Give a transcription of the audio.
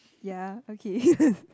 ya okay